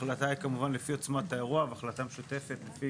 ההחלטה היא כמובן לפי עוצמת האירוע והחלטה משותפת לפי